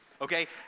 Okay